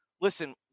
listen